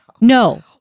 No